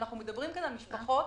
אנחנו מדברים על משפחות